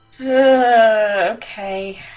Okay